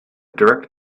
direct